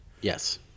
Yes